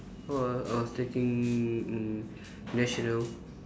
oh I I was taking n~ national